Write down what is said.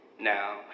now